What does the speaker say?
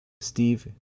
Steve